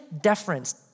deference